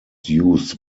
used